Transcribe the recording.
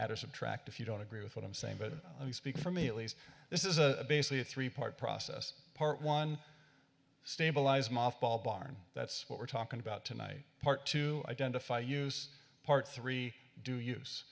add or subtract if you don't agree with what i'm saying but let me speak for me at least this is a basically a three part process part one stabilize mothball barn that's what we're talking about tonight part two identify use part three do use